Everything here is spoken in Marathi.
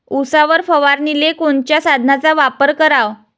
उसावर फवारनीले कोनच्या साधनाचा वापर कराव?